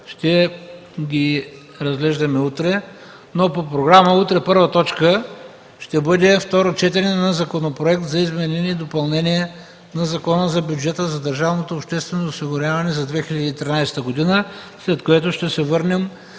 ще ги разглеждаме утре. По програма утре първа точка ще бъде второ четене на Законопроект за изменение и допълнение на Закона за бюджета на държавното обществено осигуряване за 2013 г., след което ще се върнем